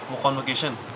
convocation